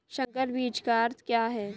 संकर बीज का अर्थ क्या है?